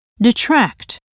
Detract